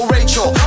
Rachel